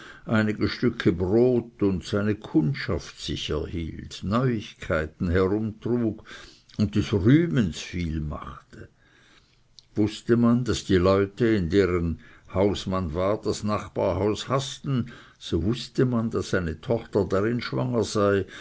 einige stücke brot und seine kundschaft sich erhielt neuigkeiten herumtrug und des rühmens viel machte wußte man daß die leute in deren haus man war das nachbarhaus haßten so wußte man daß eine tochter darin schwanger sei